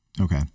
Okay